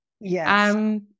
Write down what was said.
Yes